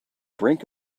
brink